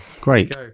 great